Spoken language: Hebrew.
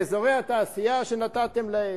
מאזורי התעשייה שנתתם להם?